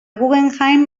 guggenheim